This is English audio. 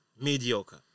mediocre